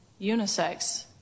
unisex